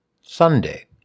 Sunday